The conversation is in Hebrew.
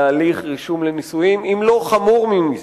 להליך רישום לנישואין, אם לא חמור מזה.